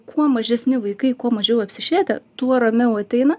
kuo mažesni vaikai kuo mažiau apsišvietę tuo ramiau ateina